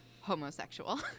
homosexual